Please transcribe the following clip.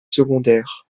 secondaires